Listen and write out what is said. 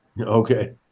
Okay